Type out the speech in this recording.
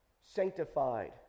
sanctified